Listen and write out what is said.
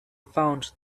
found